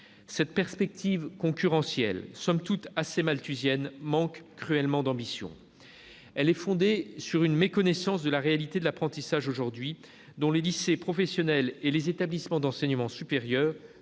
Cette perspective concurrentielle, somme toute assez malthusienne, manque cruellement d'ambition. Elle est fondée sur une méconnaissance de la réalité de l'apprentissage aujourd'hui, dont les lycées professionnels et les établissements d'enseignement supérieur sont